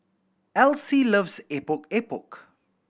Elyse loves Epok Epok